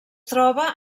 troba